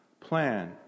plan